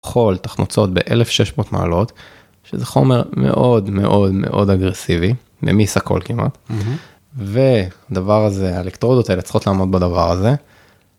חול תחמוצות ב 1600 מעלות שזה חומר מאוד מאוד מאוד אגרסיבי ממיס הכל כמעט ודבר הזה האלקטרודות האלה צריכות לעמוד בדבר הזה.